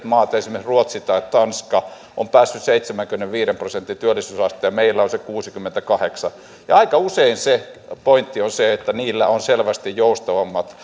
maat esimerkiksi ruotsi tai tanska ovat päässeet seitsemänkymmenenviiden prosentin työllisyysasteeseen ja meillä on se kuusikymmentäkahdeksan ja aika usein se pointti on se että niillä on selvästi joustavammat